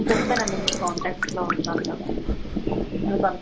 నేను చెప్తానండి మీకు కాంటాక్ట్లో ఉంటాను కదా నేను కనుక్కుని చెప్తాను మీకు